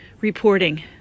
reporting